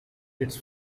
its